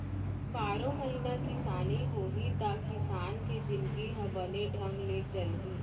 बारो महिना किसानी होही त किसान के जिनगी ह बने ढंग ले चलही